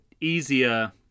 easier